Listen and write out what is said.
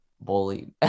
bullied